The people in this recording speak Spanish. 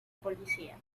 policía